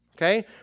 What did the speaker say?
Okay